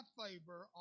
favor